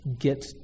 get